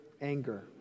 anger